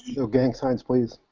no gang signs, please.